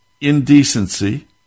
indecency